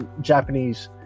Japanese